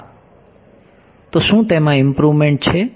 તો શું તેમાં ઈમ્પ્રુવમેંટ છે